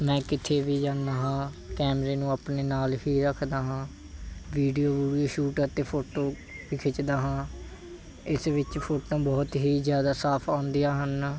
ਮੈਂ ਕਿਤੇ ਵੀ ਜਾਂਦਾ ਹਾਂ ਕੈਮਰੇ ਨੂੰ ਆਪਣੇ ਨਾਲ ਹੀ ਰੱਖਦਾ ਹਾਂ ਵੀਡੀਓ ਵੁਡੀਓ ਸ਼ੂਟ ਅਤੇ ਫੋਟੋ ਵੀ ਖਿੱਚਦਾ ਹਾਂ ਇਸ ਵਿੱਚ ਫੋਟੋਆਂ ਬਹੁਤ ਹੀ ਜ਼ਿਆਦਾ ਸਾਫ਼ ਆਉਂਦੀਆਂ ਹਨ